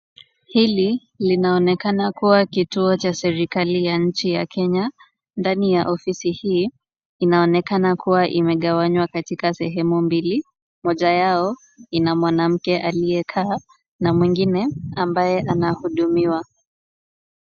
Hili linaonekana kuwa kituo cha serikali ya nchi ya Kenya. Ndani ya ofisi hii inaonekana kuwa imegawanywa katika sehemu mbili, moja yao ina mwanamke aliyekaa na mwingine ambaye anahudumiwa.